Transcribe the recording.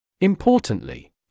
Importantly